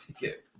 ticket